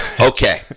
Okay